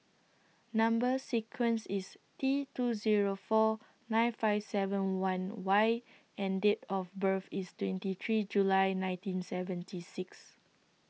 Number sequence IS T two Zero four nine five seven one Y and Date of birth IS twenty three July nineteen seventy six